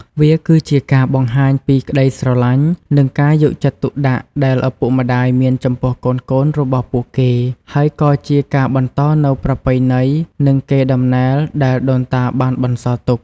វាគឺជាការបង្ហាញពីក្តីស្រឡាញ់ និងការយកចិត្តទុកដាក់ដែលឪពុកម្តាយមានចំពោះកូនៗរបស់ពួកគេ ហើយក៏ជាការបន្តនូវប្រពៃណី និងកេរដំណែលដែលដូនតាបានបន្សល់ទុក។